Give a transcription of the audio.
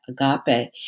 Agape